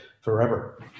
forever